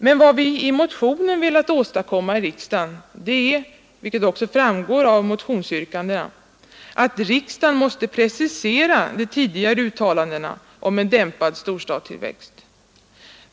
Men vad vi med motionen velat åstadkomma i riksdagen är, vilket också framgår av motionsyrkandena, att riksdagen skall precisera de tidigare uttalandena om en dämpad storstadstillväxt.